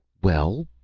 well,